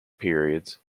periods